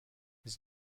his